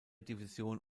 division